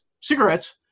cigarettes